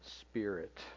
spirit